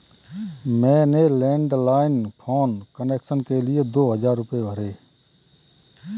मैंने landline phone connection के लिए दो हजार रुपए भरे